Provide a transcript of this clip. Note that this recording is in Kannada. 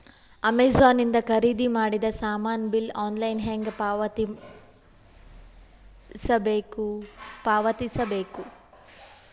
ಅಮೆಝಾನ ಇಂದ ಖರೀದಿದ ಮಾಡಿದ ಸಾಮಾನ ಬಿಲ್ ಆನ್ಲೈನ್ ಹೆಂಗ್ ಪಾವತಿಸ ಬೇಕು?